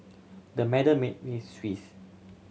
the made me